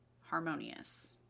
Harmonious